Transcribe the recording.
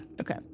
okay